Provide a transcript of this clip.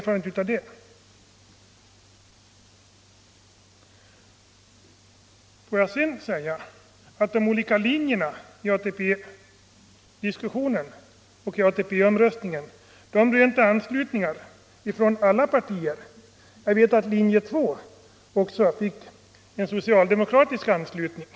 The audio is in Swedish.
För det andra rönte de olika linjerna i ATP-diskussionen och i ATP-omröstningen anslutning från alla partier. Jag vet att linje två också fick socialdemokratisk anslutning.